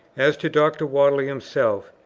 as to dr. whately himself,